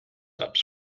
ups